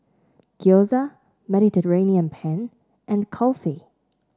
Gyoza Mediterranean Penne and Kulfi